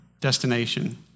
destination